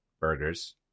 burgers